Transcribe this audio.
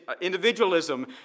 individualism